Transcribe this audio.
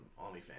OnlyFans